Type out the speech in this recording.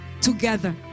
together